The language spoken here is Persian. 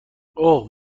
اوه